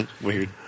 Weird